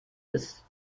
ist